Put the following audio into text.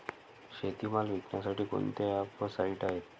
शेतीमाल विकण्यासाठी कोणते ॲप व साईट आहेत?